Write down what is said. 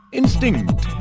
instinct